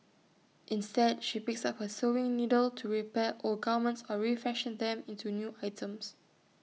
instead she picks up her sewing needle to repair old garments or refashion them into new items